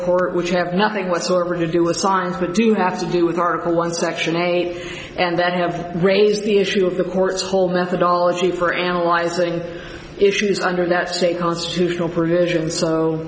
court which have nothing whatsoever to do with science but do have to do with article one section eight and that have raised the issue of the court's whole methodology for analyzing issues under that state constitutional provision so